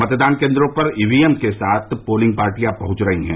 मतदान केन्द्रों पर ई वी एम के साथ पोलिंग पार्टियां पहुंच रही हैं